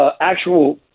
actual